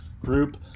group